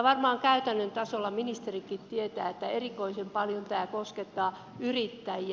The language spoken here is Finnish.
varmaan käytännön tasolla ministerikin tietää että erikoisen paljon tämä koskettaa yrittäjiä